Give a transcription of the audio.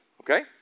okay